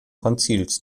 konzils